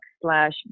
slash